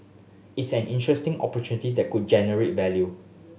it's an interesting opportunity that could generate value